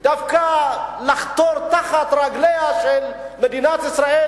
דווקא לחתור תחת מדינת ישראל,